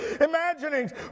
Imaginings